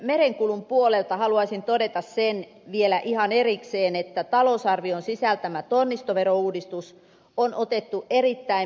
merenkulun puolelta haluaisin todeta sen vielä ihan erikseen että talousarvion sisältämä tonnistoverouudistus on otettu erittäin myönteisesti vastaan